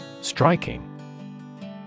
Striking